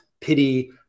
pity